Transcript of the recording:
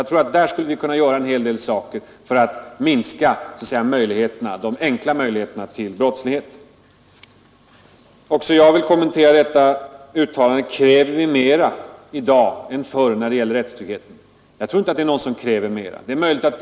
Därvidlag skulle vi kunna göra en hel del för att minska de enkla möjligheterna till brottslighet. Också jag vill kommentera uttalandet om huruvida vi i dag kräver mera än förr när det gäller rättstrygghet. Jag tror inte att det är någon som kräver mera.